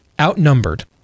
outnumbered